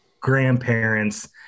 grandparents